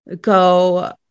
go